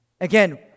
Again